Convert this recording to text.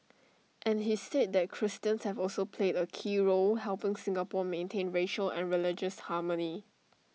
and he said that Christians have also played A key role helping Singapore maintain racial and religious harmony